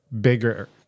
bigger